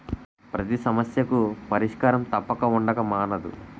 పతి సమస్యకు పరిష్కారం తప్పక ఉండక మానదు